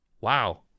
wow